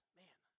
man